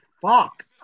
Fuck